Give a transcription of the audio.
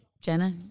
Jenna